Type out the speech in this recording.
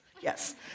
yes